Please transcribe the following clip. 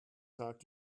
tag